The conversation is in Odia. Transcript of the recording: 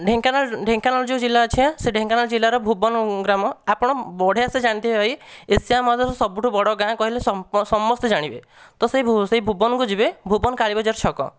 ଢେଙ୍କାନାଳ ଢେଙ୍କାନାଳ ଯେଉଁ ଜିଲ୍ଲା ଅଛି ଆଁ ସେ ଢେଙ୍କାନାଳ ଜିଲ୍ଲାର ଭୁବନ ଗ୍ରାମ ଆପଣ ବଢ଼ିଆ ସେ ଜାଣିଥିବେ ଭାଇ ଏସିଆ ମହାଦେଶର ସବୁଠୁ ବଡ଼ ଗାଁ କହିଲେ ସମସ୍ତେ ଜାଣିବେ ତ ସେଇ ସେଇ ଭୁବନକୁ ଯିବେ ଭୁବନ କାଳିବଜାର ଛକ